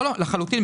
לחלוטין.